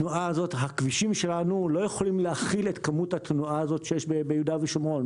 הכבישים שלנו לא יכולים להכיל את כמות התנועה שיש ביהודה ושומרון,